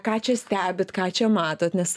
ką čia stebit ką čia matot nes